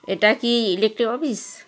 এটা কি electric office